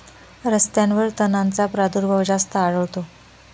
रस्त्यांवर तणांचा प्रादुर्भाव जास्त आढळतो